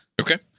Okay